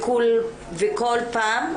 כל פעם,